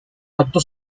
acto